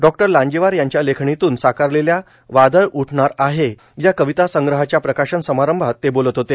डॉ लांजेवार यांच्या लेखणीतून साकारलेल्या वादळ उठणार आहे या कवितासंग्रहाच्या प्रकाशन समारंभात ते बोलत होते